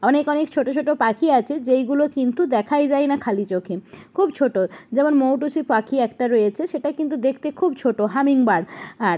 অনেক অনেক ছোটো ছোটো পাখি আছে যেইগুলো কিন্তু দেখাই যায় না খালি চোখে খুব ছোটো যেমন মৌটুসি পাখি একটা রয়েছে সেটা কিন্তু দেখতে খুব ছোটো হামিং বার্ড আর